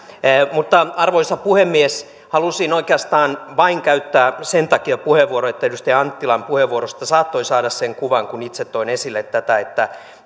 arvoisa puhemies halusin oikeastaan käyttää vain sen takia puheenvuoron että edustaja anttilan puheenvuorosta saattoi saada sen kuvan kun itse toin esille tätä että